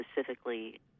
specifically